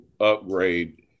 upgrade